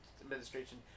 administration